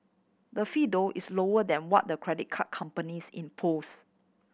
the fee though is lower than what the credit card companies impose